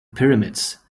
pyramids